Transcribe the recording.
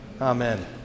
Amen